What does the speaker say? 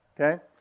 Okay